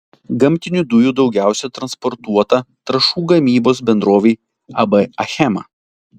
gamtinių dujų daugiau transportuota trąšų gamybos bendrovei ab achema